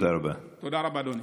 תודה רבה, אדוני.